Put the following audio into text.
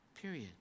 period